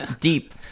Deep